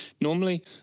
normally